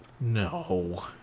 No